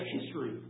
history